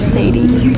Sadie